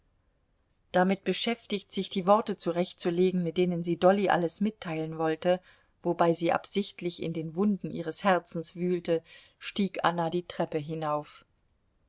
damit beschäftigt sich die worte zurechtzulegen mit denen sie dolly alles mitteilen wollte wobei sie absichtlich in den wunden ihres herzens wühlte stieg anna die treppe hinauf